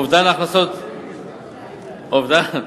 אובדן